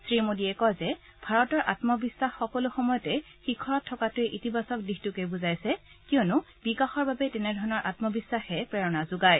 শ্ৰী মোডীয়ে কয় যে ভাৰতৰ আমবিখাস সকলো সময়তে শিখৰত থকাটোৱে ইতিবাচক দিশটোকে বুজাইছে কিয়নো বিকাশৰ বাবে তেনে ধৰণৰ আম্মবিশ্বাসে প্ৰেৰণা যোগায়